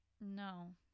no